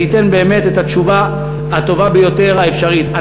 זה ייתן את התשובה הטובה ביותר האפשרית.